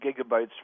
gigabytes